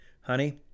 Honey